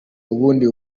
ubundi